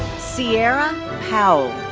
sierra powell.